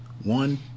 One